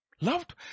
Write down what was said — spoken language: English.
loved